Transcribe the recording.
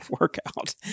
workout